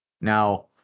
Now